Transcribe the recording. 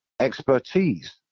expertise